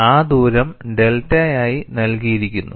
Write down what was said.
ആ ദൂരം ഡെൽറ്റയായി നൽകിയിരിക്കുന്നു